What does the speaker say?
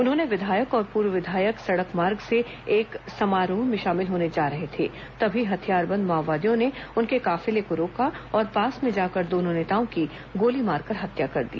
उन्होंने विधायक और पूर्व विधायक सड़क मार्ग से एक समारोह में शामिल होने जा रहे थे तभी हथियारबंद माओवादियों ने उनके काफिले को रोका और पास में जाकर दोनों नेताओं की गोली मारकर हत्या कर दी